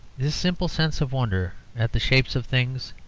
this simple sense of wonder at the shapes of things,